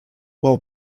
while